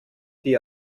die